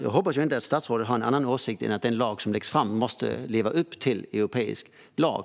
Jag hoppas att statsrådet inte har en annan åsikt än att den lag som läggs fram måste leva upp till europeisk lag.